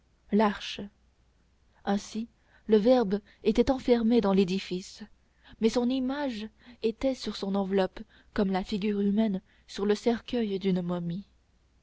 l'arche ainsi le verbe était enfermé dans l'édifice mais son image était sur son enveloppe comme la figure humaine sur le cercueil d'une momie